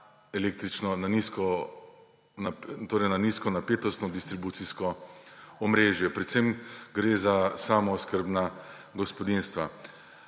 električno nizkonapetostno distribucijsko omrežje. Predvsem gre za samooskrbna gospodinjstva.